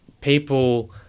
people